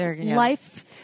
life